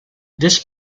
this